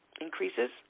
increases